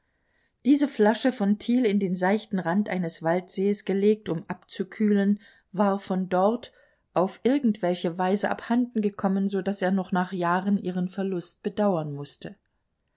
diese flasche von thiel in den seichten rand eines waldsees gelegt um abzukühlen war von dort auf irgend welche weise abhanden gekommen so daß er noch nach jahren ihren verlust bedauern mußte